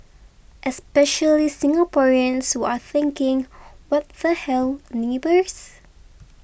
especially Singaporeans who are thinking what the hell neighbours